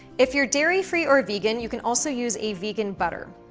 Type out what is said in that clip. if you're dairy-free or vegan, you can also use a vegan butter.